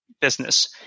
business